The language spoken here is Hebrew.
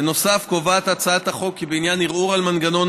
בנוסף קובעת הצעת החוק כי ערעור על מנגנון